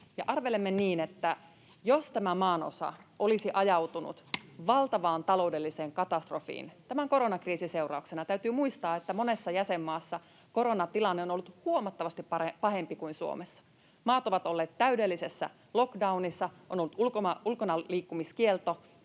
arvelemme niin, että jos tämä maanosa olisi ajautunut valtavaan taloudelliseen katastrofiin tämän koronakriisin seurauksena... Täytyy muistaa, että monessa jäsenmaassa koronatilanne on ollut huomattavasti pahempi kuin Suomessa. Maat ovat olleet täydellisessä lockdownissa, on ollut ulkonaliikkumiskielto,